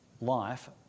life